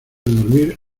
dormir